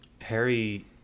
Harry